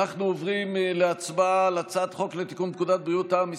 אנחנו עוברים להצבעה על הצעת חוק לתיקון פקודת בריאות העם (מס'